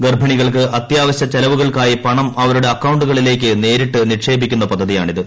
ഗർഭിണികൾക്ക് അത്യാവശ്യ ചെലവുകൾക്കായി പണം അവരുടെ അക്കൌണ്ടുകളിലേക്ക് നേരിട്ട് നിക്ഷേപിക്കുന്ന പൃദ്ധതിയാണിത്